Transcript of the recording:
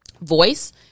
voice